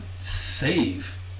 save